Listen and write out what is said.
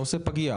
אני עושה פגייה,